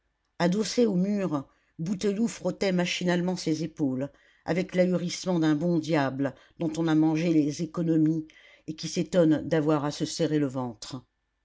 adossé au mur bouteloup frottait machinalement ses épaules avec l'ahurissement d'un bon diable dont on a mangé les économies et qui s'étonne d'avoir à se serrer le ventre